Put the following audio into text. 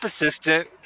assistant